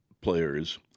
players